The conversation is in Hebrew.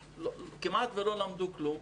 כמעט שלא למדו כלום,